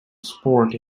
sport